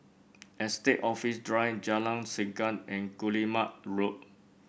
Estate Office Drive Jalan Segam and Guillemard Road